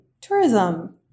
tourism